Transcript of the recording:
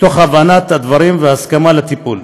תוך הבנת הדברים והסכמה לטיפול.